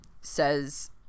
says